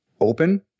open